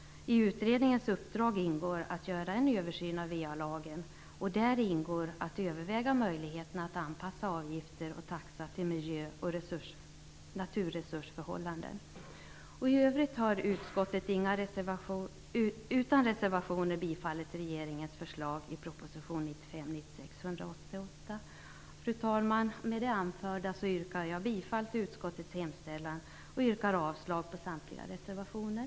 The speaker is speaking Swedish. I utredningens uppdrag ingår att göra en översyn av VA-lagen, och däri ingår att överväga möjligheterna att anpassa avgifter och taxa till miljö och naturresursförhållanden. Fru talman! Med det anförda yrkar jag bifall till utskottets hemställan och avslag på samtliga reservationer.